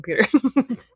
computer